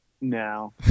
No